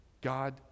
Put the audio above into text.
God